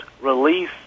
release